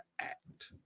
act